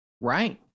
Right